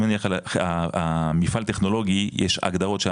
אם אני הולך על המפעל הטכנולוגי יש הגדרות,